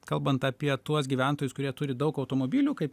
kalbant apie tuos gyventojus kurie turi daug automobilių kaip